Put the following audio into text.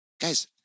guys